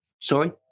Sorry